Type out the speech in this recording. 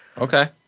Okay